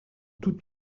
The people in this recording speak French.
toute